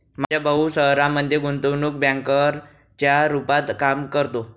माझा भाऊ शहरामध्ये गुंतवणूक बँकर च्या रूपात काम करतो